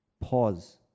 Pause